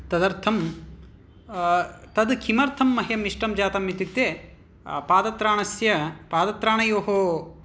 तदर्थं तद् किमर्थं मह्यं इष्टं जातम् इत्युक्ते पादत्राणस्य पादत्राणयोः